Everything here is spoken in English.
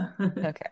Okay